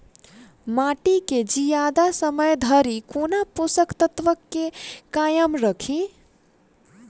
माटि केँ जियादा समय धरि कोना पोसक तत्वक केँ कायम राखि?